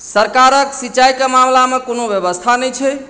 सरकारक सिंचाइके मामलामे कोनो व्यवस्था नहि छै